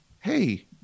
hey